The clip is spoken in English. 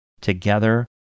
together